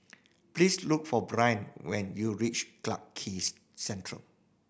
please look for Bryn when you reach Clarke Quay Central